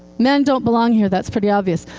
men don't belong here, that's pretty obvious.